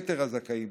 יתר הזכאים,